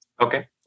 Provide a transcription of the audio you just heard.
Okay